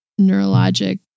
neurologic